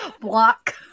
Block